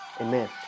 Amen